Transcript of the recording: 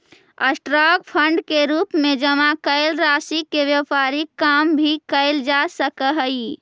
stock fund के रूप में जमा कैल राशि से व्यापारिक काम भी कैल जा सकऽ हई